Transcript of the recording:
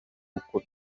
uko